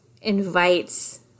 invites